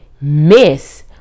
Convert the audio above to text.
miss